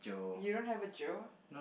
you don't have a Joe